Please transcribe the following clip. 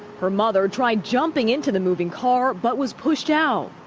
her mother tried jumping into the moving car but was pushed out.